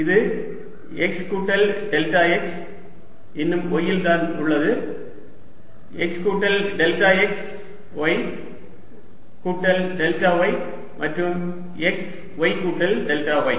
இது x கூட்டல் delta x இன்னும் y யில் தான் இருக்கிறது x கூட்டல் டெல்டா x y கூட்டல் டெல்டா y மற்றும் x y கூட்டல் டெல்டா y